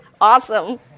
awesome